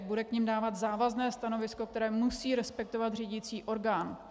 Budou k nim dávat závazné stanovisko, které musí respektovat řídicí orgán.